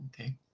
okay